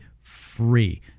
free